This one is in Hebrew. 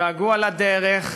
געגוע לדרך,